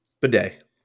Bidet